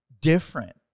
different